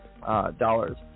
dollars